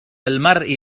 المرء